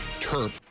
Terp